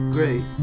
Great